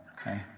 Okay